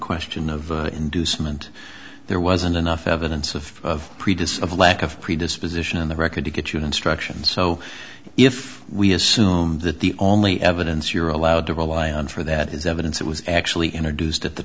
question of inducement there wasn't enough evidence of previous of the lack of predisposition in the record to get you instructions so if we assume that the only evidence you're allowed to rely on for that is evidence that was actually introduced at the